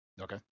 Okay